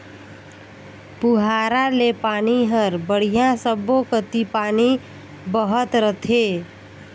पुहारा ले पानी हर बड़िया सब्बो कति पानी बहत रथे